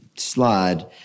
slide